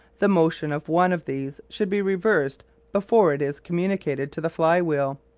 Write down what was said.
the motion of one of these should be reversed before it is communicated to the fly-wheel.